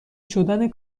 شدن